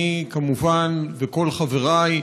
אני, כמובן, וכל חברי,